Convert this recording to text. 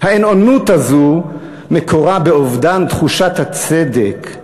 האין-אונות הזו מקורה באובדן תחושת הצדק.